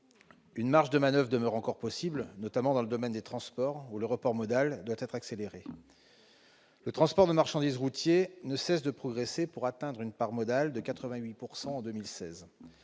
Une marge de manoeuvre demeure encore possible, notamment dans le domaine des transports, où le report modal doit être accéléré. Le transport de marchandises routier ne cesse de progresser, pour atteindre une part modale de 88 % en 2016.